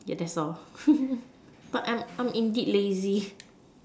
yeah that's all but I'm I'm indeed lazy